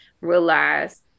realize